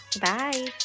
Bye